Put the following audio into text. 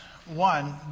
One